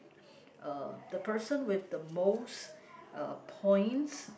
uh the person with the most uh points